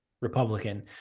Republican